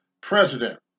president